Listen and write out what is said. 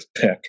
pick